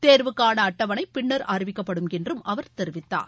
தேர்வுக்கான அட்டவணை பின்னர் அறிவிக்கப்படும் என்றும் அவர் தெரிவித்தார்